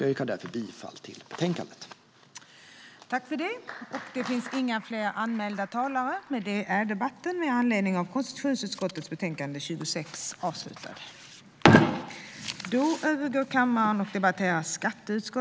Jag yrkar därför bifall till utskottets förslag i betänkandet.